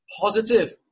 positive